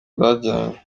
bajyanye